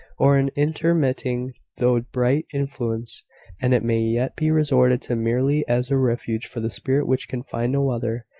or an intermitting though bright influence and it may yet be resorted to merely as a refuge for the spirit which can find no other.